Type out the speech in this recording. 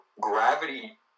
gravity